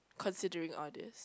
considering all these